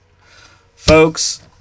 Folks